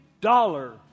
dollar